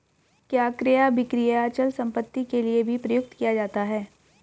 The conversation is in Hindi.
क्या क्रय अभिक्रय अचल संपत्ति के लिये भी प्रयुक्त किया जाता है?